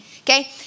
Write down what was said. okay